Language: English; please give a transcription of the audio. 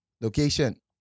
Location